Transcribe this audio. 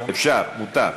אפשר, מותר.